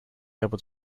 able